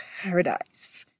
paradise